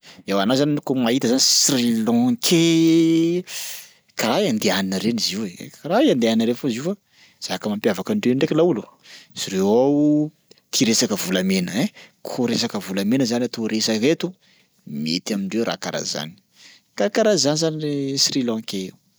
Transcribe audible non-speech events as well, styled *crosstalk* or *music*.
Eoa anao zany kô mahita zany sri-lankais *hesitation* karaha indianina reny izy io e, karaha indianina reny fô zio fa zaka mampiavaka andreo ndraiky laolo izy reo ao tia resaka volomena ein ko resaka volamena zany atao resaka eto mety amindreo raha karaha zany, karakaraha zany zany ry sri-lankais.